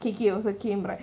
K_K also came right